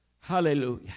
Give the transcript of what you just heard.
Hallelujah